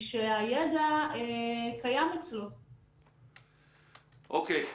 אוקיי.